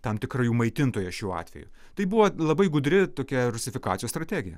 tam tikra jų maitintoja šiuo atveju tai buvo labai gudri tokia rusifikacijos strategija